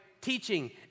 teaching